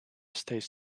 stays